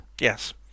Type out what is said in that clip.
Yes